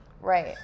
Right